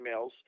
emails